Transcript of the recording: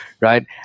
right